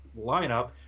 lineup